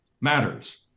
matters